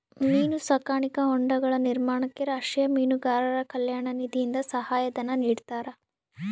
ಮೀನು ಸಾಕಾಣಿಕಾ ಹೊಂಡಗಳ ನಿರ್ಮಾಣಕ್ಕೆ ರಾಷ್ಟೀಯ ಮೀನುಗಾರರ ಕಲ್ಯಾಣ ನಿಧಿಯಿಂದ ಸಹಾಯ ಧನ ನಿಡ್ತಾರಾ?